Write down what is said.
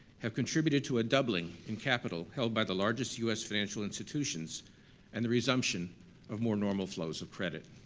have contributed to a doubling in capital held by the largest u s. financial institutions and the resumption of more-normal flows of credit.